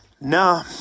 No